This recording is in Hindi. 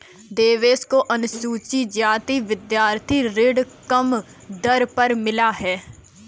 देवेश को अनुसूचित जाति विद्यार्थी ऋण कम दर पर मिला है